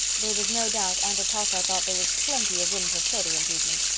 there was no doubt aunt atossa thought there was plenty of room for further improvement.